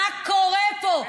מה קורה פה?